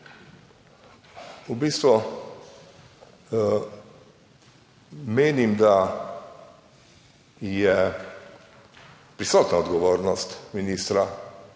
v bistvu menim, da je prisotna odgovornost ministra